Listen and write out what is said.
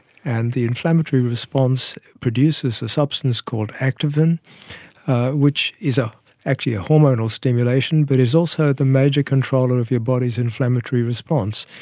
and the inflammatory response produces a substance called activin which is ah actually a hormonal stimulation but is also the major controller of your body's inflammatory response.